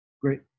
great